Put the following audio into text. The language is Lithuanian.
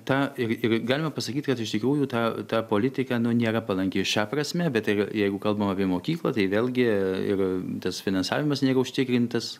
tą ir ir galima pasakyt kad iš tikrųjų ta ta politika nėra palanki šia prasme bet jei jeigu kalbam apie mokyklą tai vėlgi ir tas finansavimas nėra užtikrintas